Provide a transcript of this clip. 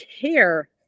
care